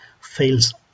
fails